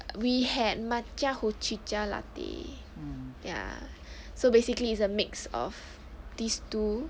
we had matcha hojicha latte ya so basically it's a mix of these two